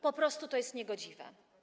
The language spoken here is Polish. Po prostu to jest niegodziwe.